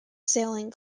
sailing